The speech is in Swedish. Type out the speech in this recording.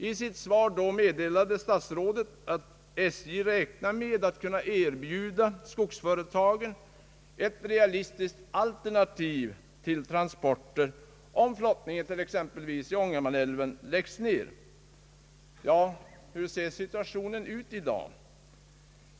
I sitt svar meddelade statsrådet att SJ räknade med att kunna erbjuda skogsföretagen ett realistiskt alternativ till transporter, om flottningen i exempelvis Ångermanälven skulle läggas ned. Hur ser situationen ut i dag?